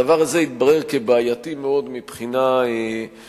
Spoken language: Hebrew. הדבר הזה התברר כבעייתי מאוד מבחינה טכנית,